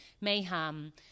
mayhem